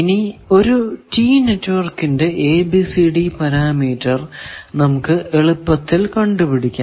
ഇനി ഒരു ടീ നെറ്റ്വർക്കിന്റെ ABCD പാരാമീറ്റർ നമുക്ക് എളുപ്പത്തിൽ കണ്ടു പിടിക്കാം